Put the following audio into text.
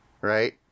right